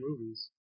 movies